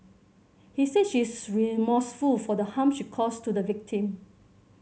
he said she is remorseful for the harm she caused to the victim